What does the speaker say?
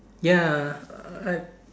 ya uh I